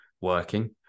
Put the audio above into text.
working